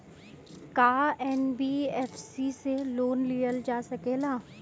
का एन.बी.एफ.सी से लोन लियल जा सकेला?